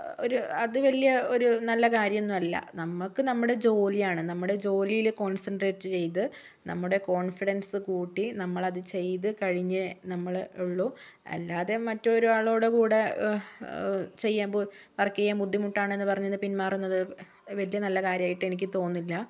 ഒരു അത് വലിയ ഒരു നല്ല കാര്യമൊന്നുമല്ല നമ്മൾക്ക് നമ്മുടെ ജോലിയാണ് നമ്മുടെ ജോലിയില് കോൺസെൻട്രയ്റ്റ് ചെയ്ത് നമ്മുടെ കോൺഫിഡൻസ് കൂട്ടി നമ്മളത് ചെയ്ത് കഴിഞ്ഞേ നമ്മള് ഉള്ളൂ അല്ലാതെ മറ്റൊരാളുടെ കൂടെ ചെയ്യുമ്പോൾ വർക്ക് ചെയ്യാൻ ബുദ്ധിമുട്ടാണെന്ന് പറഞ്ഞത് പിന്മാറുന്നത് വലിയ നല്ല കാര്യമായിട്ട് എനിക്ക് തോന്നുന്നില്ല